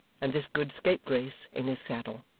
and this good scapegrace in his saddle.